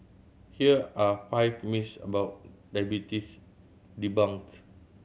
here are five myths about diabetes debunked